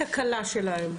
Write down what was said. את הכלה שלהם.